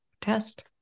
test